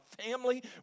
family